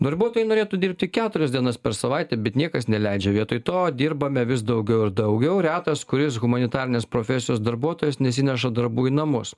darbuotojai norėtų dirbti keturias dienas per savaitę bet niekas neleidžia vietoj to dirbame vis daugiau ir daugiau retas kuris humanitarinės profesijos darbuotojas nesineša darbų į namus